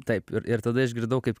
taip ir ir tada išgirdau kaip